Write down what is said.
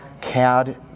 CAD